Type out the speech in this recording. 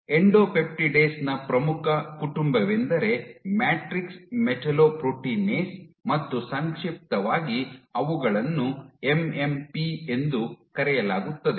endopeptidase ನ ಪ್ರಮುಖ ಕುಟುಂಬವೆಂದರೆ ಮ್ಯಾಟ್ರಿಕ್ಸ್ ಮೆಟಾಲೊಪ್ರೊಟಿನೇಸ್ ಮತ್ತು ಸಂಕ್ಷಿಪ್ತವಾಗಿ ಅವುಗಳನ್ನು ಎಂಎಂಪಿ ಎಂದು ಕರೆಯಲಾಗುತ್ತದೆ